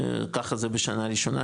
ככה זה בשנה ראשונה,